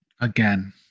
Again